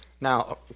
Now